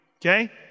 Okay